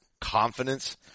confidence